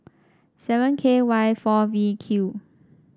seven K Y four V Q